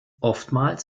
oftmals